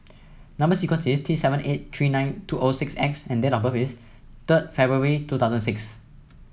number sequence is T seven eight three nine two O six X and date of birth is third February two thosuand six